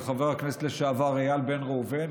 וחבר הכנסת לשעבר איל בן ראובן,